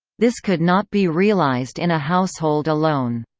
this could not be realized in a household alone.